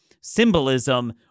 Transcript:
symbolism